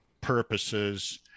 purposes